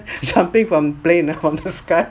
jumping from plane from the sky